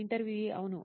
ఇంటర్వ్యూఈ అవును